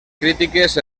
crítiques